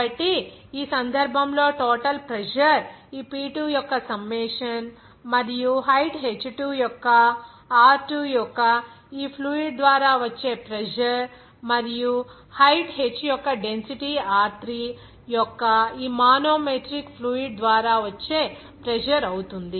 కాబట్టి ఈ సందర్భంలో టోటల్ ప్రెజర్ ఈ P2 యొక్క సమ్మేషన్ మరియు హైట్ h2 యొక్క r2 యొక్క ఈ ఫ్లూయిడ్ ద్వారా వచ్చే ప్రెజర్ మరియు హైట్ h యొక్క డెన్సిటీ r3 యొక్క ఈ మానోమెట్రిక్ ఫ్లూయిడ్ ద్వారా వచ్చే ప్రెజర్ అవుతుంది